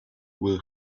will